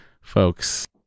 folks